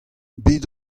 bet